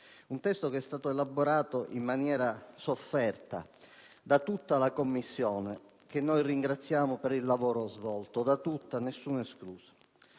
Un testo che è stato elaborato in maniera sofferta da tutti i colleghi della 12a Commissione, che noi ringraziamo per il lavoro svolto, da tutti, nessuno escluso.